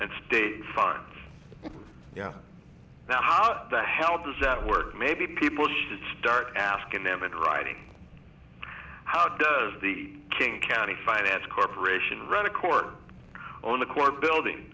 and state fines yeah now how the hell does that work maybe people should start asking them in writing how does the king county finance corporation run a court on the court building